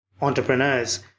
entrepreneurs